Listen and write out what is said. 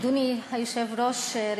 אדוני היושב-ראש,